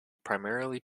primarily